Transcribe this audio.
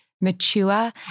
mature